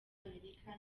w’umunyamerika